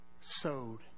sowed